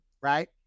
right